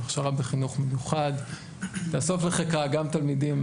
הכשרה בחינוך מיוחד תאסוף לחיקה גם תלמידים